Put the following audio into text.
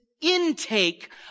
intake